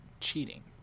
cheating